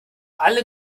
alle